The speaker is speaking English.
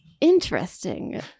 interesting